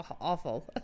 awful